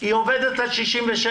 היא עובדת עד גיל 67,